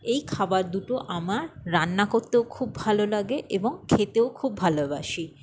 এই খাবার দুটো আমার রান্না করতেও খুব ভালো লাগে এবং খেতেও খুব ভালোবাসি